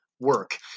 work